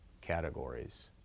categories